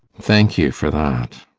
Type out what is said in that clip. thank you for that.